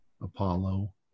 Apollo